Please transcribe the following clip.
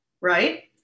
right